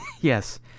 Yes